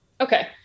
Okay